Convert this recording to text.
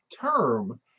term